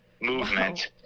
movement